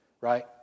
Right